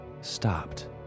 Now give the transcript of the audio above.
stopped